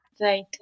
Right